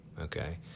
okay